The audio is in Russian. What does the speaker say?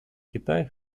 китай